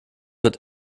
wird